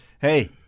hey